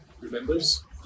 remembers